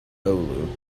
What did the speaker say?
oulu